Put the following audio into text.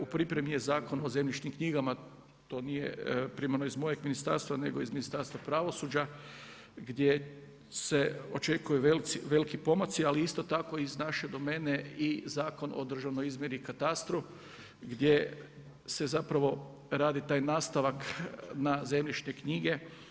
U pripremi je Zakon o zemljišnim knjigama, to nije primarno iz mojeg ministarstva nego iz Ministarstva pravosuđa gdje se očekuju veliki pomaci ali isto tako iz naše domene i Zakon o državnoj izmjeri i katastru gdje se zapravo radi taj nastavak na zemljišne knjige.